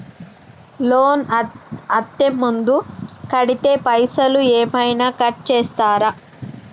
Loan అత్తే ముందే కడితే పైసలు ఏమైనా కట్ చేస్తరా?